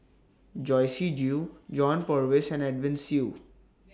Joyce Jue John Purvis and Edwin Siew